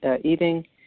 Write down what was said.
eating